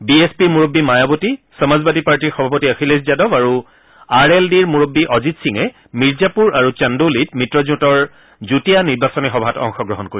B S পিৰ মূৰববী মায়াবতী সমাজবাদী পাৰ্টীৰ সভাপতি অখিলেশ যাদৱ আৰু আৰ এল ডিৰ মূৰববী অজিত সিঙে মিৰ্জাপুৰ আৰু চান্দৌলিত মিত্ৰজোঁটৰ যুটীয়া নিৰ্বাচনী সভাত অংশগ্ৰহণ কৰিব